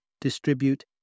distribute